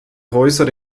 häuser